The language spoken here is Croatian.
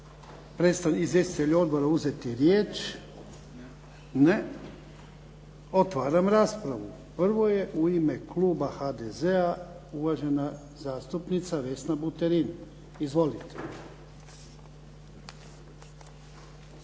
Žele li izvjestitelji odbora uzeti riječ? Ne. Otvaram raspravu. Prvo je u ime kluba HDZ-a uvažena zastupnica Vesna Buterin. Izvolite.